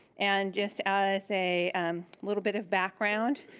and just as a um little bit of background,